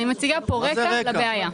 אני מציגה כאן רקע לבעיה.